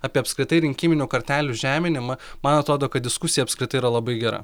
apie apskritai rinkiminių kartelių žeminimą man atrodo kad diskusija apskritai yra labai gera